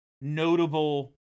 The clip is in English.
notable